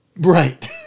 right